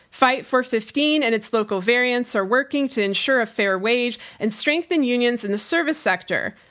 fight for fifteen and its local variants are working to ensure a fair wage and strengthen unions in the service sector.